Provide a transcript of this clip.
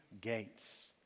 gates